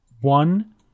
one